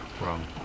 wrong